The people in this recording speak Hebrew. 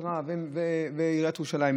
המשטרה ועיריית ירושלים,